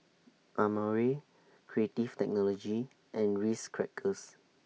Amore Creative Technology and Ritz Crackers